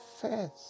first